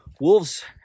wolves